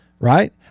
Right